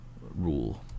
rule